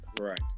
Right